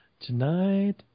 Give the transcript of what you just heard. Tonight